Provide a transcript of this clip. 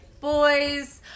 boys